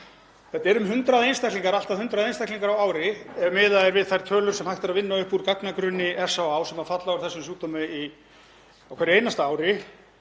Þetta eru um 100 einstaklingar, allt að 100 einstaklingar á ári ef miðað er við þær tölur sem hægt er að vinna upp úr gagnagrunni SÁÁ, sem falla úr þessum sjúkdómi á hverju einasta ári.